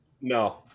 No